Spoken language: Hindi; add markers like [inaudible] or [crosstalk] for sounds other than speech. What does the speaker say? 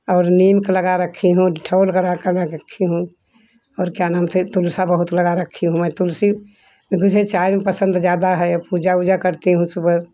और नीम लगा रखी हूँ [unintelligible] करा रखी हूँ और क्या नाम से तुलसी बहुत लगा रखी हूँ मैं तुलसी मुझे चाय में पसंद ज़्यादा है पूजा उजा करती हूँ सुबह